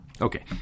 Okay